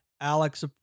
Alex